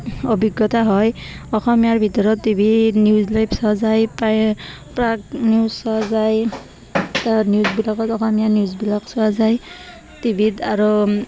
অভিজ্ঞতা হয় অসমীয়াৰ ভিতৰত টিভি ত নিউজ লাইভ চোৱা যায় প্ৰায় প্ৰাগ নিউজ চোৱা যায় ত নিউজবিলাকত অসমীয়া নিউজবিলাক চোৱা যায় টিভি ত আৰু